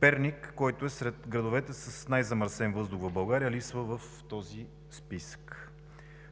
Перник, който е сред градовете с най-замърсен въздух в България, липсва в този списък.